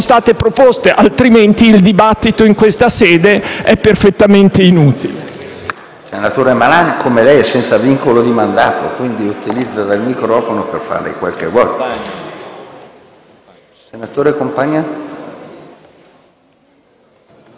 state proposte; altrimenti il dibattito in questa sede è perfettamente inutile.